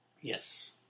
Yes